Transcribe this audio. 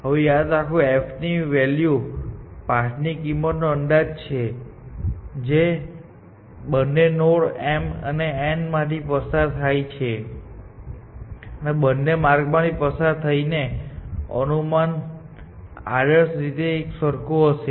હવે યાદ રાખો કે f વેલ્યુ પાથની કિંમતનો અંદાજ છે જે બંને નોડ m અને n માંથી પસાર થાય છે અને બંને માર્ગમાંથી પસાર થઈને અનુમાન આદર્શ રીતે એક સરખું જ હશે